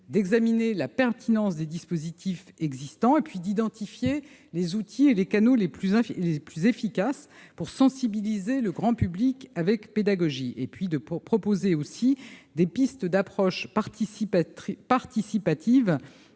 d'examiner la pertinence des dispositifs existants et d'identifier les outils et les canaux les plus efficaces pour sensibiliser le grand public avec pédagogie. Il s'agira aussi de proposer des pistes d'approches participatives